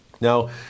Now